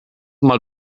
mal